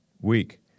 Weak